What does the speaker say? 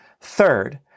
Third